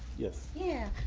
yes. yeah.